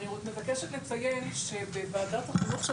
אני מבקשת לציין שבוועדת החינוך של